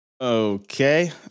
Okay